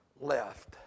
left